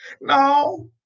No